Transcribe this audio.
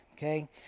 Okay